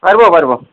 পাৰিব পাৰিব